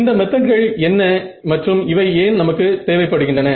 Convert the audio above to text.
இந்த மெத்தட்கள் என்ன மற்றும் இவை ஏன் நமக்கு தேவைப்படுகின்றன